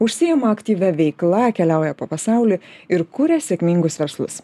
užsiima aktyvia veikla keliauja po pasaulį ir kuria sėkmingus verslus